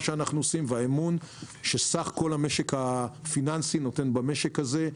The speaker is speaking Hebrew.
והאמון שסך כל המשק הפיננסי נותן במשק הזה.